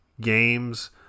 games